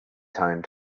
time